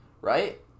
right